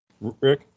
Rick